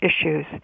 issues